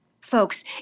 folks